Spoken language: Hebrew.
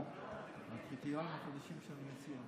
הקריטריונים החדשים שאני מציע.